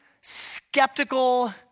skeptical